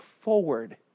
forward